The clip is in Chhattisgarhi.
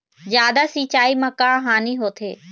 जादा सिचाई म का हानी होथे?